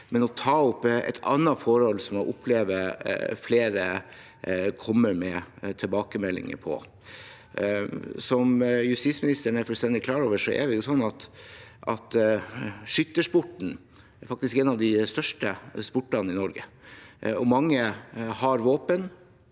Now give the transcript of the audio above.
jeg vil ta opp et annet forhold som jeg opplever flere kommer med tilbakemeldinger på. Som justisministeren er fullstendig klar over, er skytesporten faktisk en av de største sportene i Norge. Mange har våpen